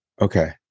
Okay